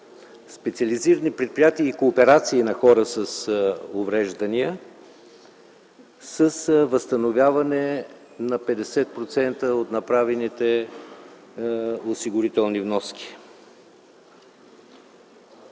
специализирани предприятия и кооперации на хора с увреждания, с възстановяване на 50% от направените осигурителни вноски,